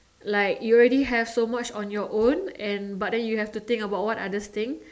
like you already have so much on your own and but then you have to think about what other things